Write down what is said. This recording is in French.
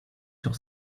sur